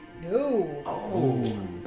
No